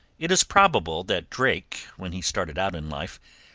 it is probable that drake, when he started out in life,